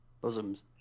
Bosoms